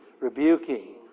rebuking